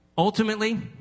Ultimately